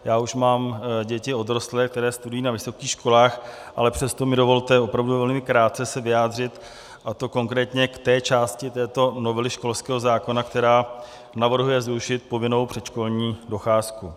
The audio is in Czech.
Já už mám děti odrostlé, které studují na vysokých školách, ale přesto mi dovolte opravdu velmi krátce se vyjádřit, a to konkrétně k té části této novely školského zákona, která navrhuje zrušit povinnou předškolní docházku.